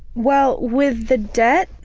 well, with the debt,